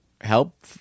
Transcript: Help